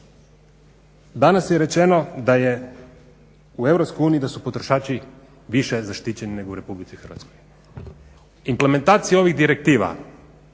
danas je rečeno u Europskoj uniji da su potrošači više zaštićeni nego u Republici Hrvatskoj. Implementacija ovih direktiva